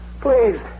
please